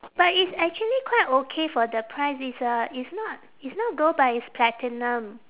but it's actually quite okay for the price it's a it's not it's not gold but it's platinum